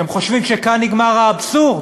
אתם חושבים שכאן נגמר האבסורד?